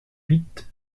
huit